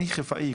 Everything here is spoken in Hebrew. אני חיפאי,